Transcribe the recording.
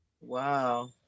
Wow